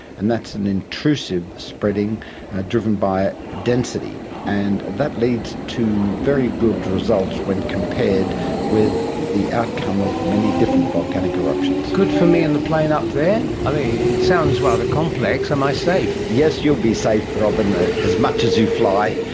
and that's an intrusive spreading driven by density. and that leads to very good results when compared with the outcome of many different volcanic eruptions. good for me and the plane up there? um it sounds rather complex. am i safe? yes, you'll be safe robyn, as much as you fly.